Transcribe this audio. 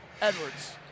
Edwards